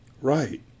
Right